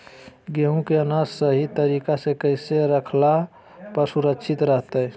गेहूं के अनाज सही तरीका से कैसे रखला पर सुरक्षित रहतय?